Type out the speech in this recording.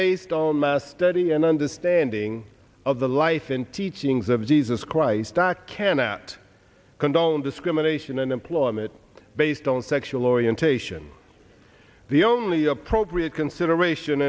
based on math study and understanding of the life and teachings of jesus christ doc can that condone discrimination in employment based on sexual orientation the only appropriate consideration